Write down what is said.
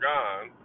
Gone